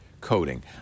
coding